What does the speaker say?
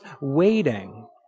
waiting